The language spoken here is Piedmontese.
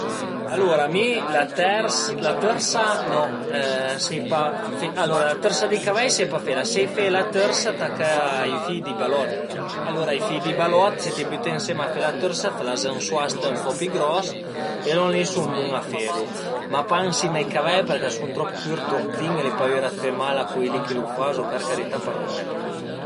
Alura mi la tersa la tërsa no sai pa, alura la tërsa di cavei sai pa fela, sai fe la tërsa tacà i fil di balot, alura i fil di balot se t'ie büte ënsema a fe la tërsa l'as ën suast ën po pi gros e lon li sun bun a felu, ma pa ën sima ai cavei përché a sun trop cürt, trop fin, l'ai paüra dë fe mail a cui li chi lu fazu, për carità, parlumne pa